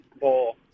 Bowl